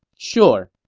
sure.